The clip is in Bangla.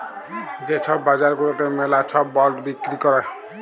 যে ছব বাজার গুলাতে ম্যালা ছব বল্ড বিক্কিরি ক্যরে